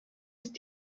ist